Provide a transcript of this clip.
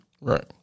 Right